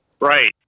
Right